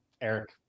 Eric